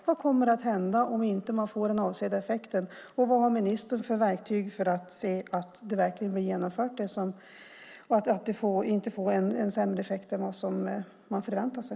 Vad kommer att hända om man inte får den avsedda effekten? Vad har ministern för verktyg för att se till att detta inte får en sämre effekt än man förväntar sig?